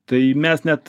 tai mes net